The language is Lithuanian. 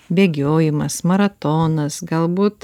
bėgiojimas maratonas galbūt